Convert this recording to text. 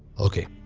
okay,